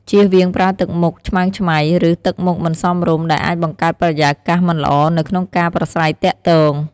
ចៀសវាងប្រើទឹកមុខឆ្មើងឆ្មៃ ឬ ទឹកមុខមិនសមរម្យដែលអាចបង្កើតបរិយាកាសមិនល្អនៅក្នុងការប្រាស្រ័យទាក់ទង។